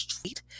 Tweet